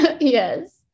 Yes